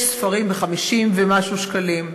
יש ספרים ב-50 ומשהו שקלים,